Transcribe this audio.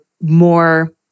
more